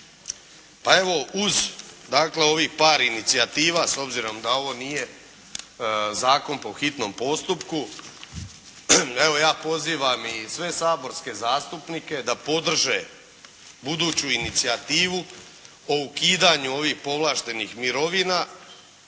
Pa evo uz dakle ovih par inicijativa, s obzirom da ovo nije zakon po hitnom postupku, evo ja pozivam i sve saborske zastupnike da podrže buduću inicijativu o ukidanju ovih povlaštenih mirovina.